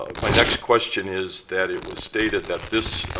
um my next question is that it was stated that this